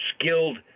skilled